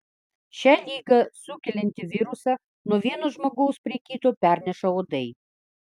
šią ligą sukeliantį virusą nuo vieno žmogaus prie kito perneša uodai